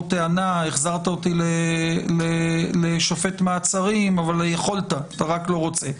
שהחזרת אותי לשופט מעצרים אבל יכולת ואתה רק לא רוצה.